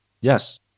Yes